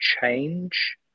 change